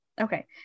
Okay